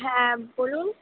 হ্যাঁ বলুন